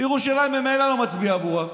ירושלים ממילא לא מצביעה עבורם,